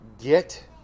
get